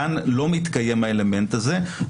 כאן לא מתקיים האלמנט הזה,